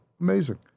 amazing